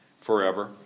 forever